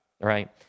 right